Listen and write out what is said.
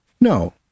No